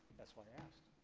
that's why i asked.